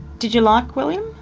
did you like william?